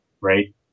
right